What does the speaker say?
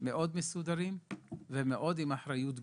ועם אחריות גדולה.